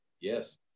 Yes